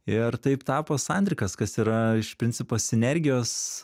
ir taip tapo sandrikas kas yra iš principo sinergijos